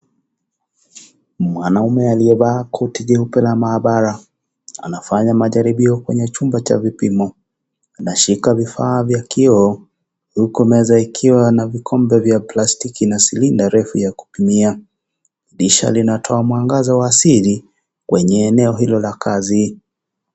Mwanaume aliyevaa koti jeupe la maabara ,anafanya majaribio kwenye chumba cha vipimo ameshika vifaa vya kioo huku meza ikiwa na vikombe vya plastiki na cylinder refu ya kupimia ,dirisha linatoa mwangaza wa siri kwenye eneo la kazi.